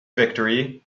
victory